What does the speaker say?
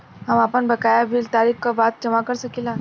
हम आपन बकाया बिल तारीख क बाद जमा कर सकेला?